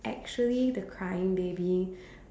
actually the crying baby